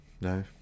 No